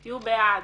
תהיו בעד.